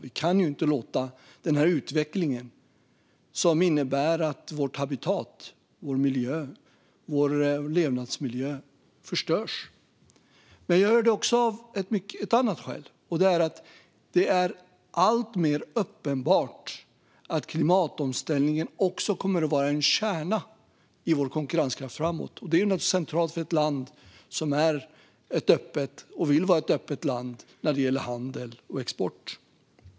Vi kan inte låta denna utveckling, som innebär att vårt habitat och vår miljö och levnadsmiljö förstörs, fortgå. Jag gör det också av ett annat skäl, och det är att det blir alltmer uppenbart att klimatomställningen kommer att vara en kärna i vår konkurrenskraft framöver. Det är centralt för ett land som är och vill vara ett öppet land när det gäller handel och export.